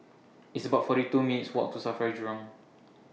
It's about forty two minutes' Walk to SAFRA Jurong